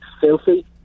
filthy